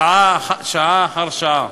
שעה אחר שעה.